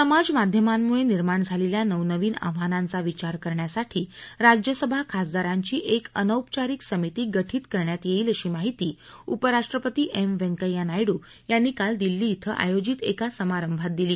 समाज माध्यमांमुळे निर्माण झालेल्या नंवनवीन आव्हानांचा विचार करण्यासाठी राज्यसभा खासदारांची एक अनौपचारिक समिती गठीत करण्यात येईलअशी माहिती उपराष्ट्रपती एम व्यंकय्या नायडू यांनी काल दिल्ली धिं आयोजीत एका समारंभात दिली